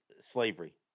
slavery